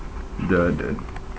the the